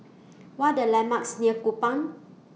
What Are The landmarks near Kupang